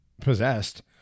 possessed